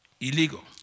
illegal